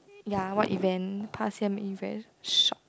ya what event past year make you very shocked